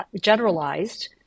generalized